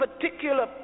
particular